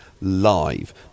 live